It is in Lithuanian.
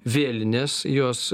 vėlinės jos